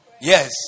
Yes